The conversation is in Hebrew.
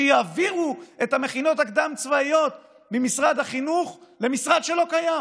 שיעבירו את המכינות הקדם-צבאיות ממשרד החינוך למשרד שלא קיים